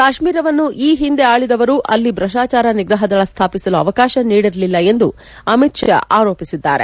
ಕಾಶ್ಮೀರವನ್ನು ಈ ಹಿಂದೆ ಆಳಿದವರು ಅಲ್ಲಿ ಭ್ರಷ್ಟಾಚಾರ ನಿಗ್ರಹ ದಳ ಸ್ಮಾಪಿಸಲು ಅವಕಾಶ ನೀಡಿರಲಿಲ್ಲ ಎಂದು ಅಮಿತ್ ಶಾ ಆರೋಪಿಸಿದ್ದಾರೆ